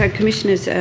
ah commissioners,